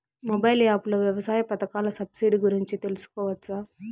Mobile app లో వ్యవసాయ పథకాల సబ్సిడి గురించి తెలుసుకోవచ్చా?